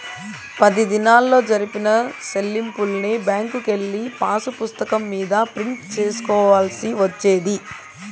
పది దినాల్లో జరిపిన సెల్లింపుల్ని బ్యాంకుకెళ్ళి పాసుపుస్తకం మీద ప్రింట్ సేసుకోవాల్సి వచ్చేది